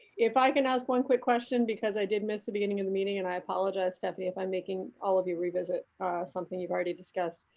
if i can ask one quick question because i did miss the beginning of the meeting and i apologize, stephanie, if i'm making all of you revisit something you've already discussed.